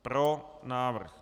Pro návrh.